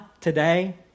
today